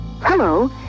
Hello